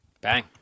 Bang